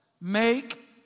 make